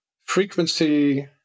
frequency